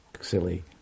silly